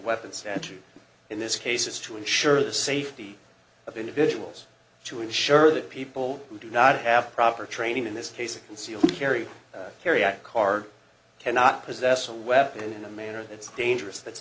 weapon statute in this case is to ensure the safety of individuals to assure that people who do not have proper training in this case a concealed carry carry id card cannot possess a weapon in a manner that's dangerous that's